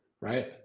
right